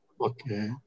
Okay